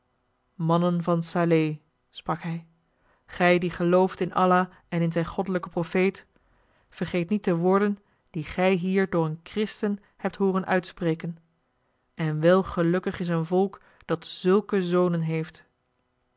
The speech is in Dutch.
mannen van salé sprak hij gij die gelooft in joh h been paddeltje de scheepsjongen van michiel de ruijter allah en in zijn goddelijken profeet vergeet niet de woorden die gij hier door een christen hebt hooren uitspreken en wel gelukkig is een volk dat zulke zonen heeft